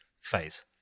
phase